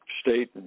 state